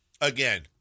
again